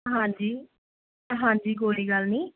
ਹਾਂਜੀ ਹਾਂਜੀ ਕੋਈ ਗੱਲ ਨਹੀਂ